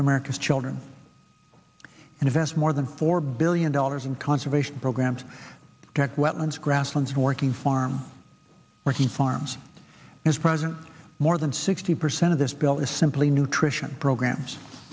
america's children invest more than four billion dollars in conservation programs get wetlands grasslands working farm working farms is present more than sixty percent of this bill is simply nutrition programs